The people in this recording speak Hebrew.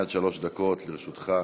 עד שלוש דקות לרשותך.